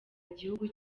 igihugu